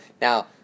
Now